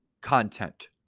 content